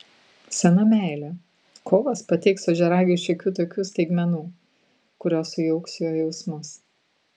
sena meilė kovas pateiks ožiaragiui šiokių tokių staigmenų kurios sujauks jo jausmus